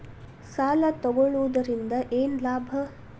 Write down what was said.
ಸಾಲ ತಗೊಳ್ಳುವುದರಿಂದ ಏನ್ ಲಾಭ?